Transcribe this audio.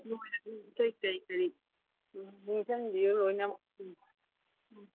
ꯂꯣꯏꯔꯕ ꯑꯇꯩ ꯑꯇꯩ ꯀꯔꯤ ꯀꯔꯤ ꯅꯤꯡꯁꯪꯕꯤꯌꯨ ꯂꯣꯏꯅꯃꯛ ꯑꯪ